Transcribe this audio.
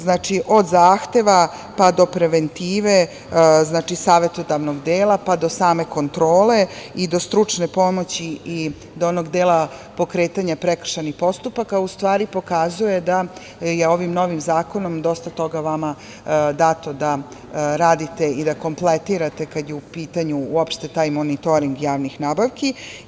Znači, od zahteva, pa do preventive savetodavnog dela, pa do same kontrole i do stručne pomoći i do onog dela pokretanja prekršajnih postupaka u stvari pokazuje da je ovim novim zakonom dosta toga vama dato da radite i da kompletirate kada je u pitanju uopšte taj monitoring javnih nabavki.